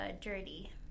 Dirty